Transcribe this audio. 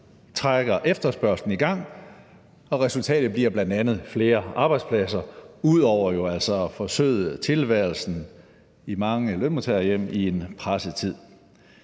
trækker efterspørgslen i gang, og resultatet bliver blandt andet flere arbejdspladser, ud over jo altså at forsøde tilværelsen i mange lønmodtagerhjem i en presset tid.